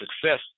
success